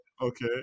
Okay